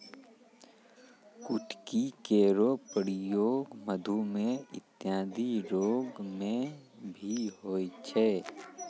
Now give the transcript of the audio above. कुटकी केरो प्रयोग मधुमेह इत्यादि रोग म भी होय छै